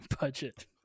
budget